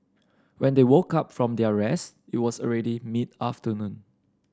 when they woke up from their rest it was already mid afternoon